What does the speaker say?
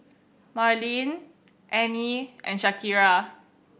Marleen Anie and Shakira